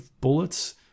bullets